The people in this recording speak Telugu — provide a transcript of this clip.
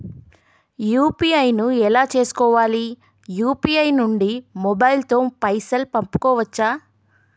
యూ.పీ.ఐ ను ఎలా చేస్కోవాలి యూ.పీ.ఐ నుండి మొబైల్ తో పైసల్ పంపుకోవచ్చా?